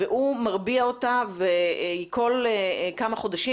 והוא מרביע אותה והיא כל כמה חודשים